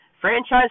franchise